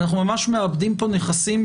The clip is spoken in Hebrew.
ואנחנו ממש מאבדים פה נכסים,